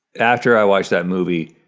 after i watched that movie,